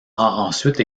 ensuite